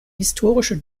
historische